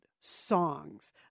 songs